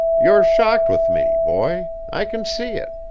you're shocked with me, boy. i can see it,